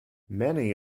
many